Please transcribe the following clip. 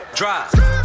drive